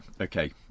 okay